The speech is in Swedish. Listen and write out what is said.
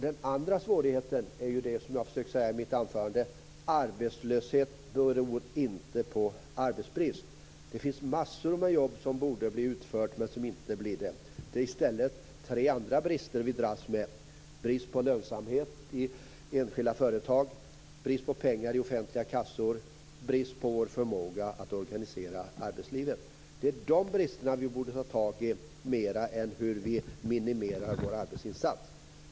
Den andra svårigheten är det som jag försökte säga i mitt anförande: Arbetslöshet beror inte på arbetsbrist. Det finns massor av jobb som borde bli utförda, men som inte blir det. Det är i stället tre andra brister vi dras med: brist på lönsamhet i enskilda företag, brist på pengar i offentliga kassor och brist på förmåga att organisera arbetslivet. Det är de bristerna vi borde ta tag i mer än i frågan om hur vi minimerar vår arbetsinsats.